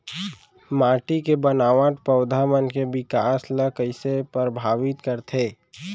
माटी के बनावट पौधा मन के बिकास ला कईसे परभावित करथे